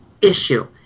issue